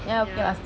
ya